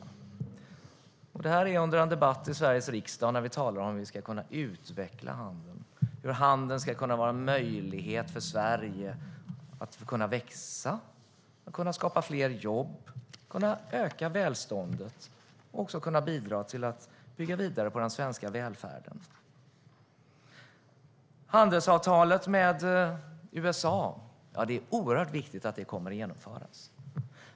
Dessa ord hör man i en debatt i Sveriges riksdag när vi talar om hur handeln ska kunna utvecklas, hur handeln ska kunna vara en möjlighet för Sverige att växa, skapa fler jobb, öka välståndet och bidra till att bygga vidare på den svenska välfärden. Det är oerhört viktigt att handelsavtalet med USA genomförs.